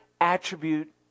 attribute